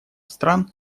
стран